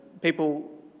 People